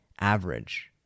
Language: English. average